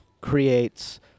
creates